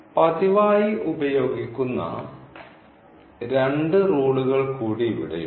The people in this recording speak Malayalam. പതിവായി ഉപയോഗിക്കുന്ന രണ്ട് റൂളുകൾ കൂടി ഇവിടെയുണ്ട്